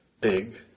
big